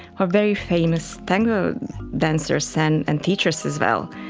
ah very famous tango dancers and and teachers as well,